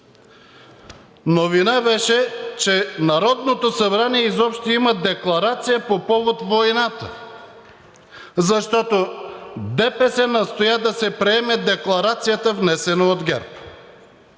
Новина беше, че Народното събрание изобщо има декларация по повод войната, защото ДПС настоя да се приеме декларацията, внесена от ГЕРБ,